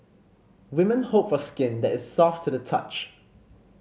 women hope for skin that is soft to the touch